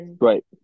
Right